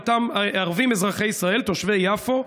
אותם אזרחים ערבים אזרחי ישראל תושבי יפו,